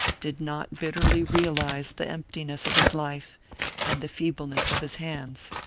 did not bitterly realize the emptiness of his life and the feebleness of his hands.